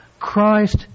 Christ